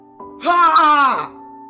Ha